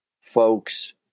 folks